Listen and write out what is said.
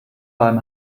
beim